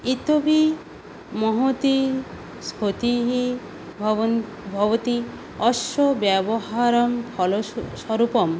इतोपि महती स्पतिः भवति अस्य व्यवहारं फल स्वरूपं